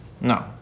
No